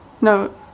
no